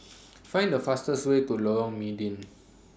Find The fastest Way to Lorong Mydin